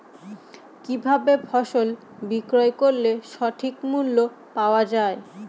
কি ভাবে ফসল বিক্রয় করলে সঠিক মূল্য পাওয়া য়ায়?